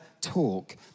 talk